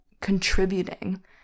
contributing